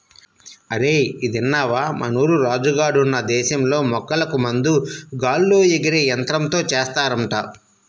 అరేయ్ ఇదిన్నవా, మన ఊరు రాజు గాడున్న దేశంలో మొక్కలకు మందు గాల్లో ఎగిరే యంత్రంతో ఏస్తారంట